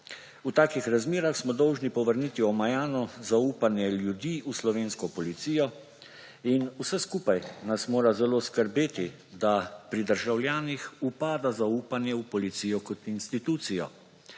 V takih razmerah smo dolžni povrniti omajano zaupanje ljudi v slovensko policijo in vse skupaj nas mora zelo skrbeti, da pri državljanih upada zaupanje v policijo kot institucijo.